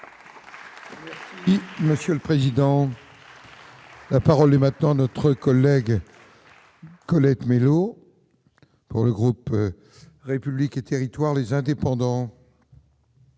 Monsieur le président. La parole est maintenant notre collègue. Colette Mélot le groupe République et Territoires les indépendants.